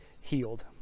healed